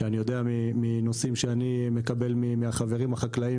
שאני יודע מנושאים שאני מקבל מהחקלאים